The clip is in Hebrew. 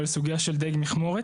זו סוגייה של דיג מכמורת.